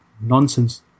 nonsense